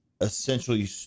essentially